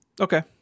Okay